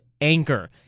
Anchor